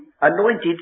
anointed